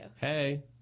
Hey